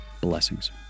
Blessings